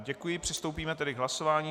Děkuji, přistoupíme tedy k hlasování.